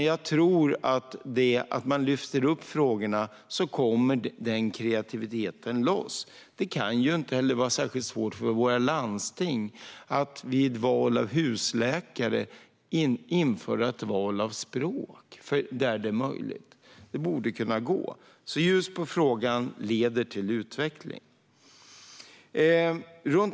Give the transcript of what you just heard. Jag tror att om man lyfter upp frågorna kommer kreativiteten loss. Det kan ju inte heller vara särskilt svårt för våra landsting att vid val av husläkare införa val av språk, där detta är möjligt. Det borde kunna gå. Ljus på frågan leder alltså till utveckling.